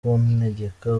kuntegeka